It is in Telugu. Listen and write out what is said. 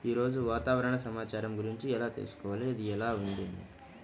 ఈరోజు వాతావరణ సమాచారం గురించి ఎలా తెలుసుకోవాలి అది ఎలా ఉంది అని?